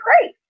great